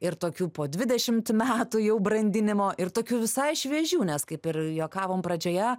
ir tokių po dvidešimt metų jau brandinimo ir tokių visai šviežių nes kaip ir juokavom pradžioje